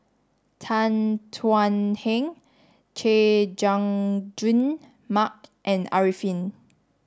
Tan Thuan Heng Chay Jung Jun Mark and Arifin